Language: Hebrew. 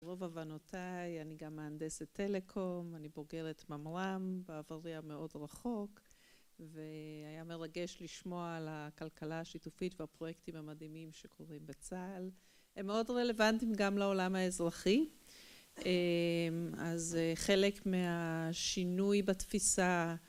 רוב הבנותיי, אני גם מהנדסת טלקום, אני בוגרת ממר"ם, בעברי המאוד רחוק, והיה מרגש לשמוע על הכלכלה השיתופית והפרויקטים המדהימים שקורים בצה"ל. הם מאוד רלוונטיים גם לעולם האזרחי, אז חלק מהשינוי בתפיסה